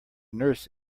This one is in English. nurse